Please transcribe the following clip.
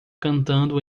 cantando